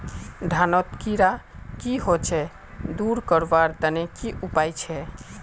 धानोत कीड़ा की होचे दूर करवार तने की उपाय छे?